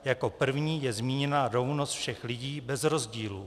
Jako první je zmíněna rovnost všech lidí bez rozdílu.